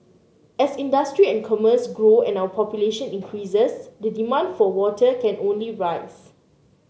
as industry and commerce grow and our population increases the demand for water can only rise